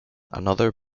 another